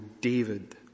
David